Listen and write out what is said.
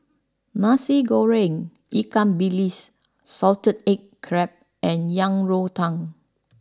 Nasi Goreng Ikan Bilis Salted Egg Crab and Yang Rou Tang